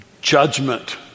judgment